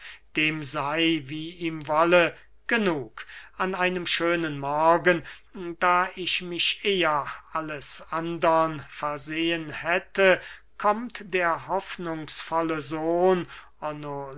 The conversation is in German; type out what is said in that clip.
dem sey wie ihm wolle genug an einem schönen morgen da ich mich eher alles andern versehen hätte kommt der hoffnungsvolle sohn